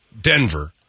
Denver